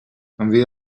envia